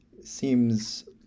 seems